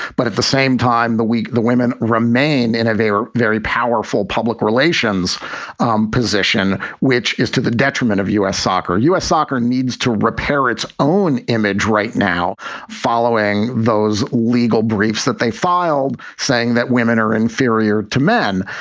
but at the same time, the week the women remain in a very, very powerful public relations position, which is to the detriment of u s. soccer. u s. soccer needs to repair its own image right now following those legal briefs that they filed saying that women are inferior to men.